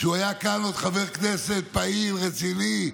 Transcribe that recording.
כשהוא היה כאן עוד חבר כנסת פעיל, רציני,